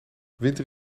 winter